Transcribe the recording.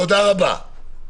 תודה רבה, אלי.